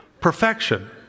Perfection